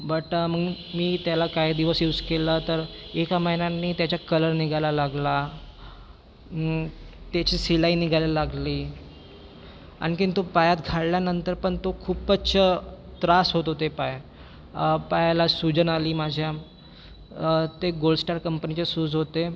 but मग मी त्याला काय दिवस यूस केला तर एका महिन्यानी त्याचा कलर निघायला लागला त्याची शिलाई निघायला लागली आणखी तो पायात घातल्यानंतर पण तो खूपच त्रास होत होते पाय पायाला सूजन आली माझ्या ते गोल स्टार कंपनीचे सूज होते